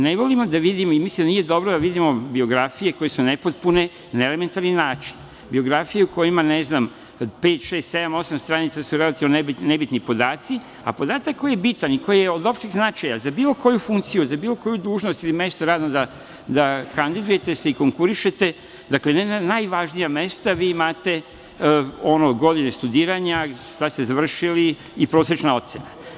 Ne volimo da vidimo i mislim da nije dobro da vidimo biografije koje su nepotpune na elementarni način, biografije u kojima su, ne znam pet, šest, sedam, osam stranica gde su relativno nebitni podaci, a podatak koji je bitan i koji je od opšteg značaja za bilo koju funkciju, za bilo koju dužnost ili mesto da se kandidujete i konkurišete, dakle na najvažnija mesta, imate godine studiranja, šta ste završili i prosečna ocena.